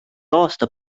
aasta